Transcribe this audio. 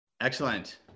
Excellent